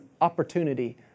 opportunity